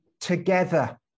together